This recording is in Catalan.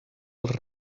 els